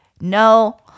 No